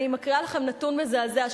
אני מקריאה לכם נתון מזעזע,